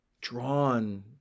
drawn